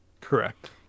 correct